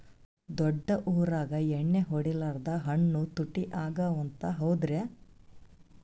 ದೊಡ್ಡ ಊರಾಗ ಎಣ್ಣಿ ಹೊಡಿಲಾರ್ದ ಹಣ್ಣು ತುಟ್ಟಿ ಅಗವ ಅಂತ, ಹೌದ್ರ್ಯಾ?